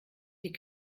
die